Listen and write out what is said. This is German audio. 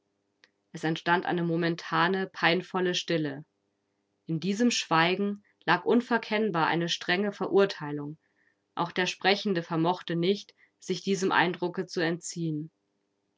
es entstand eine momentane peinvolle stille in diesem schweigen lag unverkennbar eine strenge verurteilung auch der sprechende vermochte nicht sich diesem eindrucke zu entziehen